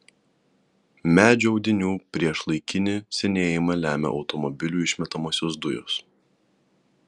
medžių audinių priešlaikinį senėjimą lemia automobilių išmetamosios dujos